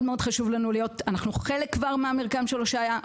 אנחנו חלק מהמרקם של הושעיה,